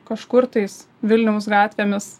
kažkur tais vilniaus gatvėmis